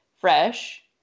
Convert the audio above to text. fresh